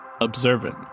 observant